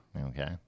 Okay